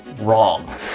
wrong